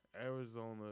Arizona